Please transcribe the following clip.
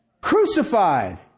crucified